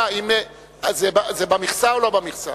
זה במכסה או לא במכסה?